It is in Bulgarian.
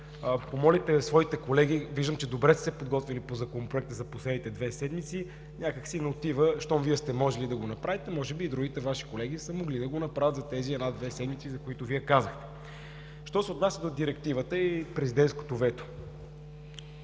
подготвят, защото виждам, че добре сте се подготвили по Законопроекта за последните две седмици, някак си не отива, щом Вие сте могли да го направите, може би и другите Ваши колеги са могли да го направят за тези една-две седмици, за които Вие казахте. Що се отнася до Директивата и президентското вето.